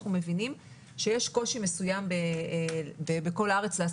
בגלל שאנחנו מבינים שיש קושי מסוים לעשות את זה בכל הארץ.